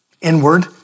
inward